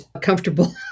comfortable